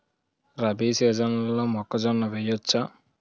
రబీ సీజన్లో మొక్కజొన్న వెయ్యచ్చా?